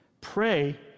Pray